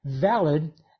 valid